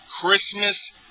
Christmas